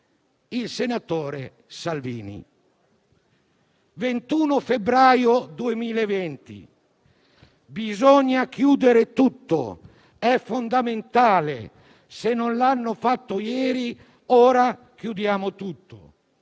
risalgono al 21 febbraio 2020: «Bisogna chiudere tutto. È fondamentale. Se non l'hanno fatto ieri, ora chiudiamo tutto».